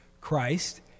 christ